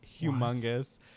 humongous